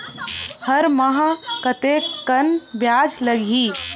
हर माह कतेकन ब्याज लगही?